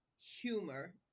humor